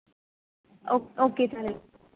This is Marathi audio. ओक ओके चालेल